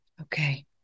Okay